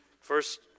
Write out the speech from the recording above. first